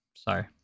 Sorry